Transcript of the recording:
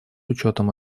учетом